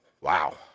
Wow